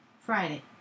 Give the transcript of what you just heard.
Friday